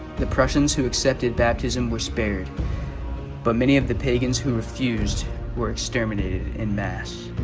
the prussians who accepted baptism were spared but many of the pagans who refused were exterminated in mass